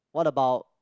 what about